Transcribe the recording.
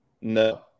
No